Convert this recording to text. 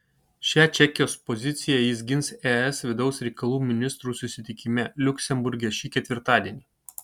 šią čekijos poziciją jis gins es vidaus reikalų ministrų susitikime liuksemburge šį ketvirtadienį